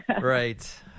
Right